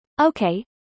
Okay